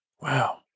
Wow